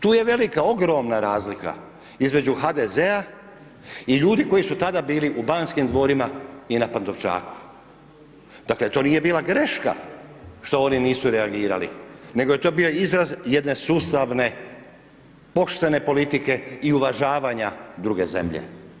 Tu je velika ogromna razlika između HDZ-a i ljudi koji su tada bili u Banskim dvorima i na Pantovčaku, dakle to nije bila greška, što oni nisu reagirali, nego je to bio izraz jedne sustavne poštene politike i uvažavanja druge zemlje.